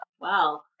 wow